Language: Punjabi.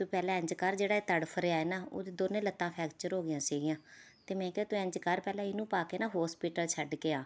ਤੂੰ ਪਹਿਲਾਂ ਇੰਝ ਕਰ ਕਿ ਜਿਹੜਾ ਤੜਫ਼ ਰਿਹਾ ਹੈ ਨਾ ਉਹਦੀ ਦੋਨੋ ਲੱਤਾਂ ਫਰੈਕਚਰ ਹੋ ਗਈਆਂ ਸੀਗੀਆਂ ਅਤੇ ਮੈਂ ਕਿਹਾ ਤੂੰ ਇੰਝ ਕਰ ਪਹਿਲਾਂ ਇਹਨੂੰ ਪਾ ਕੇ ਨਾ ਹੋਸਪੀਟਲ ਛੱਡ ਕੇ ਆ